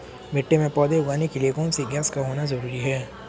मिट्टी में पौधे उगाने के लिए कौन सी गैस का होना जरूरी है?